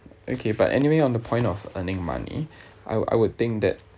okay but anyway on the point of earning money I would I would think that